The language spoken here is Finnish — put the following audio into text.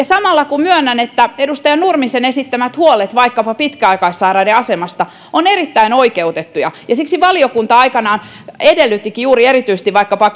samalla kun myönnän että edustaja nurmisen esittämät huolet vaikkapa pitkäaikaissairaiden asemasta ovat erittäin oikeutettuja siksi valiokunta aikanaan edellyttikin juuri erityisesti vaikkapa